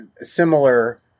similar